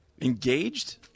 Engaged